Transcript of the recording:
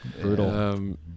brutal